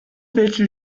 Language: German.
welche